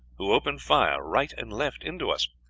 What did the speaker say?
who opened fire right and left into us.